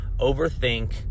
overthink